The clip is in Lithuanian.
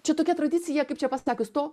čia tokia tradicija kaip čia pasakius to